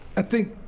i think,